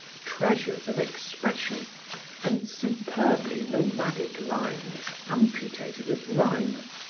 treasures of expression and superbly nomadic lines amputated of rhyme.